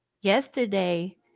yesterday